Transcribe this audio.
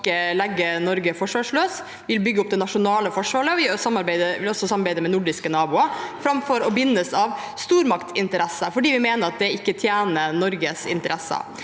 om ikke å legge Norge forsvarsløst. Vi vil bygge opp det nasjonale forsvaret, og vi vil også samarbeide med nordiske naboer framfor å bindes av stormaktsinteresser, fordi vi mener det ikke tjener Norges interesser.